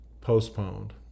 postponed